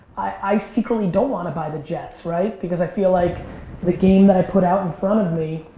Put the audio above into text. i secretly don't want to buy the jets, right, because i feel like the game that i put out in front of me